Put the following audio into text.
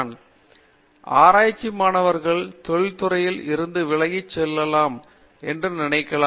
பேராசிரியர் பிரதாப் ஹரிதாஸ் சரி ஆராய்ச்சி மாணவர்கள் தொழிற்துறையில் இருந்து விலகிச் செல்லலாம் என்று நினைக்கலாம்